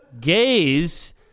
gays